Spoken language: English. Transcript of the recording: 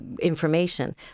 information